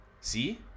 see